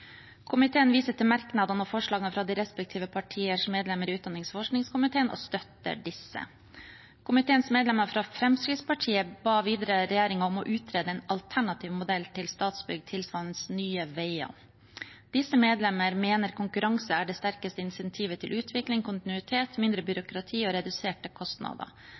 viser til merknadene og forslagene fra de respektive partiers medlemmer i utdannings- og forskningskomiteen, og støtter disse. Komiteens medlemmer fra Fremskrittspartiet ber videre regjeringen om å utrede en alternativ modell til statsbygg tilsvarende Nye Veier. Disse medlemmer mener konkurranse er det sterkeste insentivet til utvikling, kontinuitet, mindre byråkrati og reduserte kostnader.